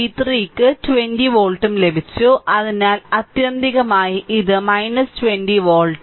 v3 ന് 20 volt ലഭിച്ചു അതിനാൽ ആത്യന്തികമായി ഇത് 20 വോൾട്ട്